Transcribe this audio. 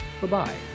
bye-bye